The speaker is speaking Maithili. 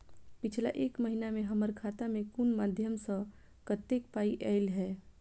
पिछला एक महीना मे हम्मर खाता मे कुन मध्यमे सऽ कत्तेक पाई ऐलई ह?